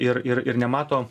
ir ir ir nemato